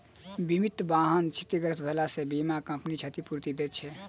बीमित वाहन क्षतिग्रस्त भेलापर बीमा कम्पनी क्षतिपूर्ति दैत छै